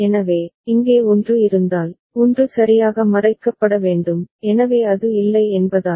எனவே இங்கே 1 இருந்தால் 1 சரியாக மறைக்கப்பட வேண்டும் எனவே அது இல்லை என்பதால்